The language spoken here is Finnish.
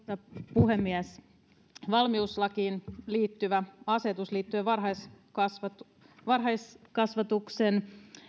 puhemies valmiuslakiin liittyvä asetus liittyen varhaiskasvatuksen varhaiskasvatuksen